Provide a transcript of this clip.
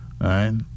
right